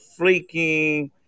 freaking